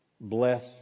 Bless